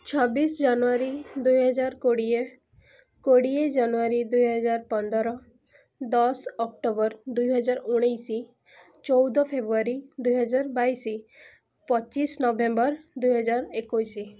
ଛବିଶ ଜାନୁଆରୀ ଦୁଇ ହଜାର କୋଡ଼ିଏ କୋଡ଼ିଏ ଜାନୁଆରୀ ଦୁଇ ହଜାର ପନ୍ଦର ଦଶ ଅକ୍ଟୋବର୍ ଦୁଇ ହଜାର ଉଣେଇଶ ଚଉଦ ଫେବୃୟାରୀ ଦୁଇ ହଜାର ବାଇଶ ପଚିଶ ନଭେମ୍ବର୍ ଦୁଇ ହଜାର ଏକୋଇଶ